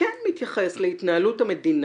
כן מתייחס להתנהלות המדינה,